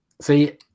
See